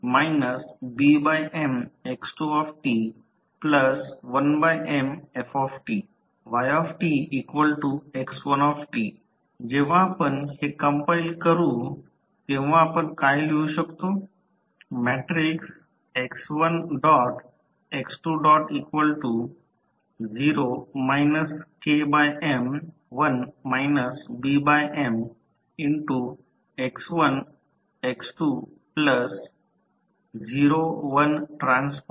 dx1dtx2 dx2dt KMx1t BMx2t1Mft ytx1t जेव्हा आपण हे कंपाईल करू तेव्हा आपण काय लिहू शकतो